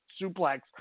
suplex